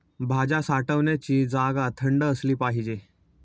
भाज्या साठवण्याची जागा थंड असली पाहिजे